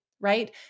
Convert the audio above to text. right